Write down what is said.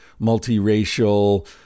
multiracial